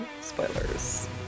spoilers